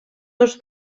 dos